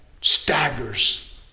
staggers